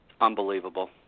Unbelievable